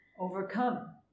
overcome